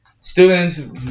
students